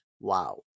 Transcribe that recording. Wow